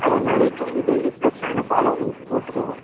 அதே மாதிரி daily daily ஃப்ரெஷ்ஷான பாலும் உங்களுக்கு போட்டுருவோம்